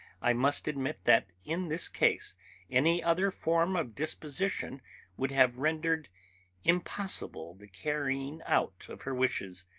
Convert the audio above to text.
i must admit that in this case any other form of disposition would have rendered impossible the carrying out of her wishes.